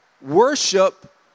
Worship